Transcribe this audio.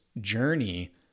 journey